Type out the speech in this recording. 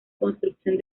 construcción